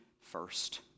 first